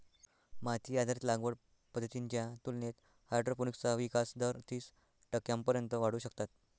माती आधारित लागवड पद्धतींच्या तुलनेत हायड्रोपोनिक्सचा विकास दर तीस टक्क्यांपर्यंत वाढवू शकतात